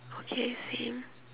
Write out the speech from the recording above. okay same